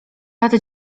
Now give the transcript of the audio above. lat